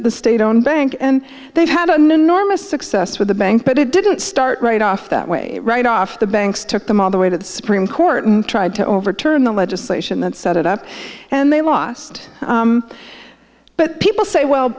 the state owned bank and they had an enormous success with the bank but it didn't start right off that way right off the banks took them all the way to the supreme court and tried to overturn the legislation that set it up and they lost but people say well